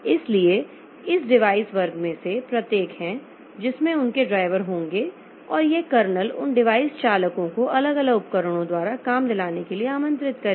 इसलिए इस डिवाइस वर्ग में से प्रत्येक हैं जिसमें उनके ड्राइवर होंगे और यह कर्नेल उन डिवाइस चालकों को अलग अलग उपकरणों द्वारा काम दिलाने के लिए आमंत्रित करेगा